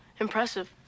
impressive